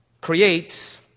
creates